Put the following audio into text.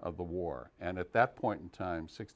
of the war and at that point in time six